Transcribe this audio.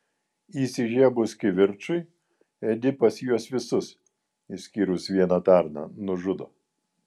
įsižiebus kivirčui edipas juos visus išskyrus vieną tarną nužudo